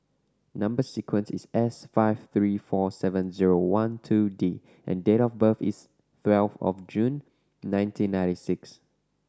number sequence is S five three four seven zero one two D and date of birth is twelve of June nineteen ninety six